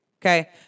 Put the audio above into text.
Okay